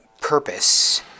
purpose